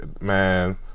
man